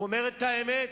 הוא אומר את האמת.